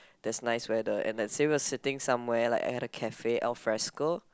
there's nice weather and let's say we're sitting somewhere like at a cafe alfresco